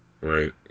Right